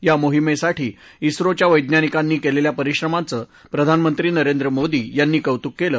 या मोहिमेसाठी सिरोच्या वैज्ञानिकांनी केलेल्या परिश्रमांचं प्रधानमंत्री नरेंद्र मोदी यांनी कौतुक केलं